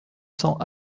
cents